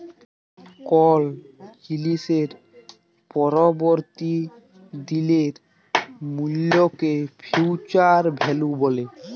call জিলিসের পরবর্তী দিলের মূল্যকে ফিউচার ভ্যালু ব্যলে